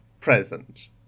present